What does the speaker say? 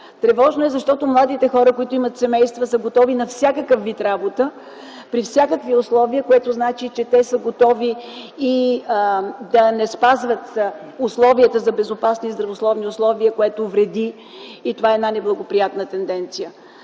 Тревожно е, защото младите хора, които имат семейства, са готови на всякакъв вид работа при всякакви условия, което значи, че те са готови и да не спазват условията за безопасни и здравословни условия, което вреди, и това е една неблагоприятна тенденция.